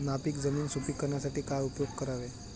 नापीक जमीन सुपीक करण्यासाठी काय उपयोग करावे?